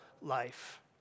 life